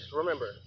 remember